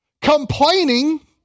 complaining